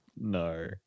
No